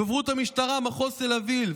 דוברות המשטרה, מחוז תל אביב: